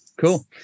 cool